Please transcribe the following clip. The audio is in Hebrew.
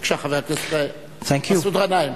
בבקשה, חבר הכנסת מסעוד גנאים.